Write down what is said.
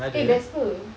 eh best [pe]